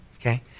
Okay